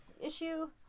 issue